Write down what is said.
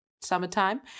summertime